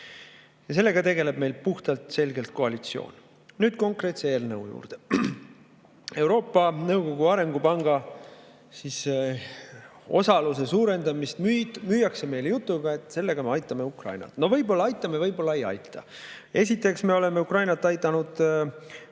Sellega tegeleb meil puhtalt ja selgelt koalitsioon. Nüüd konkreetse eelnõu juurde. Euroopa Nõukogu Arengupangas osaluse suurendamist müüakse meile jutuga, et sellega me aitame Ukrainat. No võib-olla aitame, võib-olla ei aita. Esiteks, me oleme Ukrainat aidanud